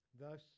thus